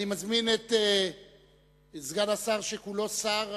אני מזמין את סגן השר שכולו שר,